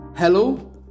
Hello